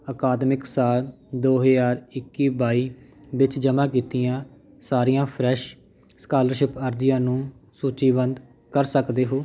ਅਕਾਦਮਿਕ ਸਾਲ ਦੋ ਹਜ਼ਾਰ ਇੱਕੀ ਬਾਈ ਵਿੱਚ ਜਮ੍ਹਾਂ ਕੀਤੀਆਂ ਸਾਰੀਆਂ ਫਰੈਸ਼ ਸਕਾਲਰਸ਼ਿਪ ਅਰਜ਼ੀਆਂ ਨੂੰ ਸੂਚੀਬੱਧ ਕਰ ਸਕਦੇ ਹੋ